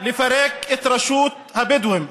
לפרק את רשות הבדואים,